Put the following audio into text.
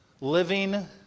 living